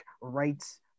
rights